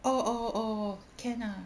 oh oh oh can lah